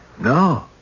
No